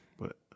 but-